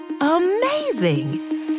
Amazing